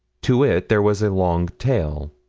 to it there was a long tail.